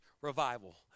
revival